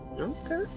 Okay